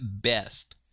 best